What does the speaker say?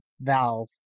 Valve